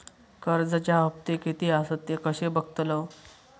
कर्जच्या हप्ते किती आसत ते कसे बगतलव?